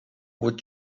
would